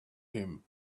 him